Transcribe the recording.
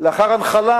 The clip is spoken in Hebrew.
לאחר הנחלה